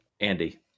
Andy